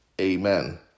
Amen